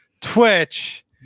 Twitch